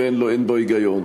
ואין בו היגיון,